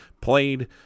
played